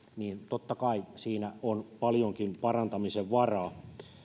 totta kai siinä on paljonkin parantamisen varaa